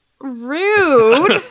Rude